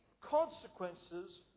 consequences